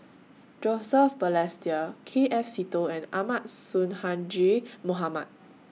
Joseph Balestier K F Seetoh and Ahmad Sonhadji Mohamad